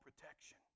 protection